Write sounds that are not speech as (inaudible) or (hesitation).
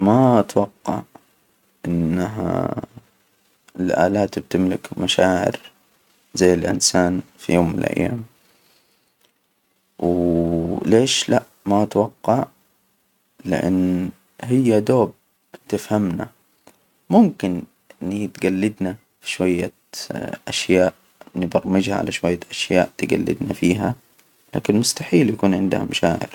ما أتوقع، إنها الآلات بتملك مشاعر زي الإنسان في يوم من الأيام و ليش لأ؟ ما أتوقع؟ لأن هي يدوب تفهمنا، ممكن إني تجلدنا شوية (hesitation) أشياء، نبرمجها على شوية أشياء تجلدنا فيها، لكن مستحيل يكون عندها مشاعر.